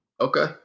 Okay